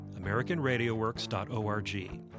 AmericanRadioWorks.org